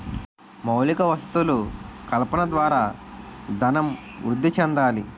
మౌలిక వసతులు కల్పన ద్వారా ధనం వృద్ధి చెందాలి